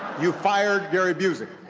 you fired gary busey.